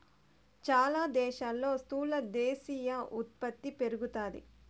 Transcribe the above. చాలా దేశాల్లో స్థూల దేశీయ ఉత్పత్తి పెరుగుతాది